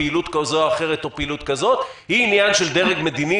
פעילות כזו או אחרת זה עניין של דרג מדיני,